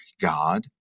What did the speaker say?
God